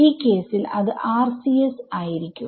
ഈ കേസിൽ അത് RCS ആയിരിക്കും